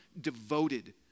devoted